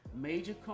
major